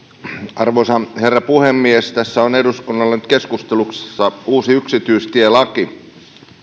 arvoisa herra puhemies tässä on eduskunnalla nyt keskustelussa uusi yksityistielaki